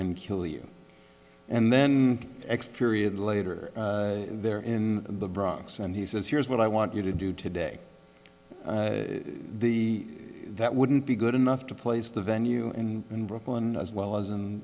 and kill you and then x period later there in the bronx and he says here's what i want you to do today the that wouldn't be good enough to place the venue in in brooklyn as well as